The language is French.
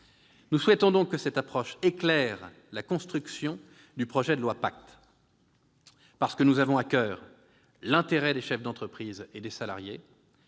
Nous souhaitons que cette approche éclaire également la construction du projet de loi PACTE. Parce que nous avons à coeur l'intérêt des chefs d'entreprise et des salariés,